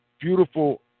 beautiful